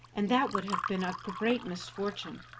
and that would have been a great misfortune,